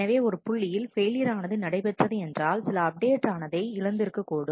எனவே ஒரு புள்ளியில் பெயிலியர் ஆனது நடைபெற்றது என்றால் சில அப்டேட் ஆனதை இழந்து இருக்கக்கூடும்